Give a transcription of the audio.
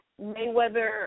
Mayweather